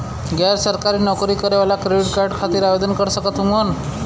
गैर सरकारी नौकरी करें वाला क्रेडिट कार्ड खातिर आवेदन कर सकत हवन?